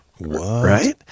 right